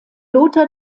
lothar